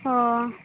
ᱚᱻ